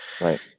Right